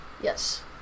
Yes